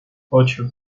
ocho